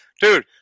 dude